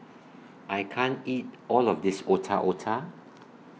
I can't eat All of This Otak Otak